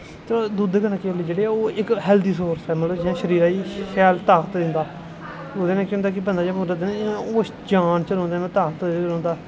दुद्ध कन्नै केले जेहड़े एह् इक हैल्दी सोर्स ऐ मतलब इ'यां शरीरा गै ताकत दिंदा ओह्दे नै केह् होंदा कि बंदा पूरा दिन होश च जान च रौंह्दा ताकत च रौंह्दा